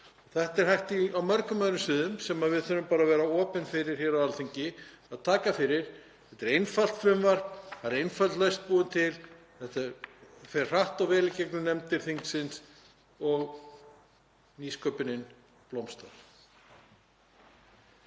Þetta er hægt á mörgum öðrum sviðum sem við þurfum bara að vera opin fyrir hér á Alþingi að taka fyrir. Þetta er einfalt frumvarp. Það er einföld lausn búin til. Þetta fer hratt og vel í gegnum nefndir þingsins og nýsköpunin blómstrar.